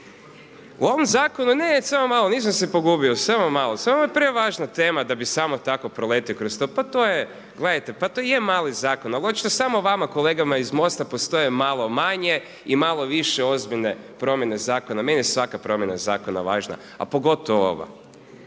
U ovom zakonu, ne samo malo nisam se pogubio, samo malo, samo je prevažna tema da bi samo tako preletio kroz to. Gledajte, pa to je mali zakon ali očito samo vama kolegama iz MOST-a postoje malo manje i malo više ozbiljne promjene zakona. Meni je svaka promjena zakona važna, a pogotovo ova.